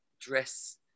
dress